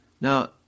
Now